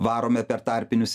varome per tarpinius